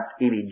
image